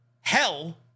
hell